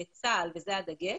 זה הדגש,